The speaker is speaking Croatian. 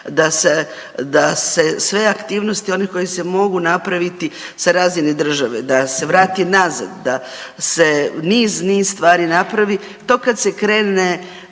da se sve aktivnosti one koje se mogu napraviti sa razine države da se vrati nazad, da se niz, niz stvari napravi. To kad se krene